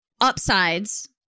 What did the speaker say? upsides